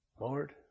Lord